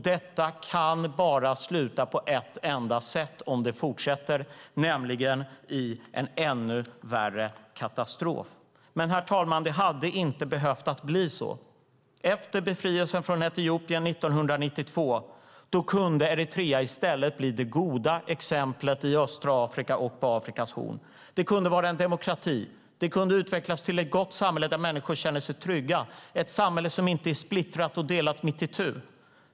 Detta kan bara sluta på ett enda sätt om det fortsätter, nämligen i en ännu värre katastrof. Herr talman! Det hade dock inte behövt bli så. Efter befrielsen från Etiopien 1992 kunde Eritrea i stället ha blivit det goda exemplet i östra Afrika och på Afrikas horn. Det kunde ha varit en demokrati. Det kunde ha utvecklats till ett gott samhälle där människor kände sig trygga, ett samhälle som inte var splittrat och delat mitt itu.